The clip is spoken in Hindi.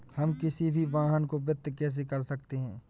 हम किसी भी वाहन को वित्त कैसे कर सकते हैं?